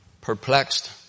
perplexed